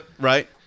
right